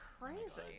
crazy